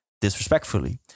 disrespectfully